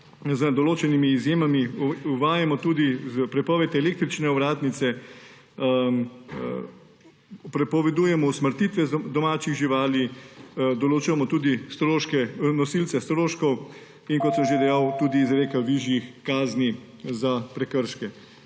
z določenimi izjemami, uvajamo tudi prepoved električne ovratnice, prepovedujemo usmrtitve domačih živali, določamo tudi nosilce stroškov, in kot sem že dejal, tudi izreka višjih kazni za prekrške.